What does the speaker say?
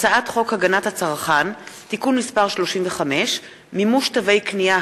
הצעת חוק הגנת הצרכן (תיקון מס' 35) (מימוש תווי קנייה),